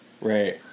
Right